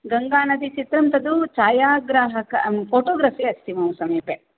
गङ्गानदीचित्रं तद् छायाग्राहक फ़ोटोग्रफ़ि अस्ति मम समीपे